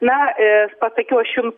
na eee pasakiau aš jums